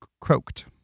croaked